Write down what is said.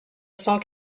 cent